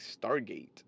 Stargate